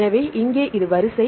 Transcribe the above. எனவே இங்கே இது வரிசை